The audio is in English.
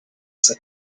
sit